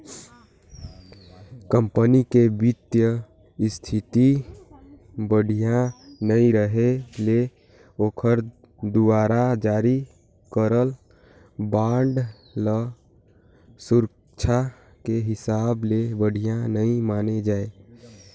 company के बित्तीय इस्थिति बड़िहा नइ रहें ले ओखर दुवारा जारी करल बांड ल सुरक्छा के हिसाब ले बढ़िया नइ माने जाए